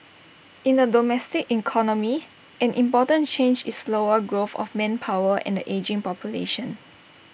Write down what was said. in the domestic economy an important change is slower growth of manpower and the ageing population